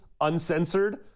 uncensored